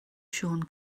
siôn